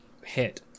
hit